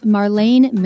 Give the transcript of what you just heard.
Marlene